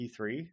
P3